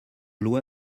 loi